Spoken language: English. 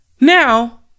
Now